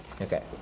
okay